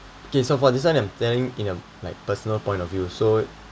okay so for this one I'm planning in like personal point of view so